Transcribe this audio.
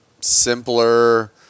simpler